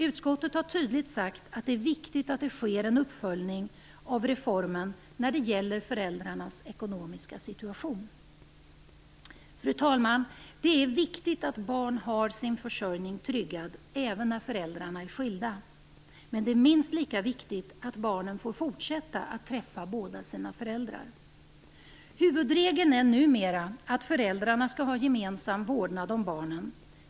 Utskottet har tydligt sagt att det är viktigt att det sker en uppföljning av reformen när det gäller föräldrarnas ekonomiska situation. Fru talman! Det är viktigt att barn har sin försörjning tryggad även när föräldrarna är skilda. Men det är minst lika viktigt att barnen får fortsätta att träffa båda sina föräldrar. Huvudregeln är numera att föräldrarna skall ha gemensam vårdnad om barnen.